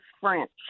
French